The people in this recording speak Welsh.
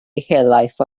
helaeth